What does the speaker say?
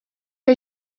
que